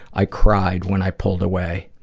i cried when i pulled away.